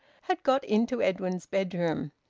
had got into edwin's bedroom.